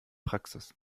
praxis